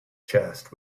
chest